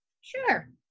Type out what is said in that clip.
Sure